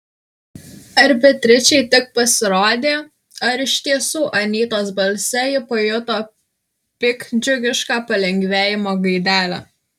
ar beatričei tik pasirodė ar iš tiesų anytos balse ji pajuto piktdžiugišką palengvėjimo gaidelę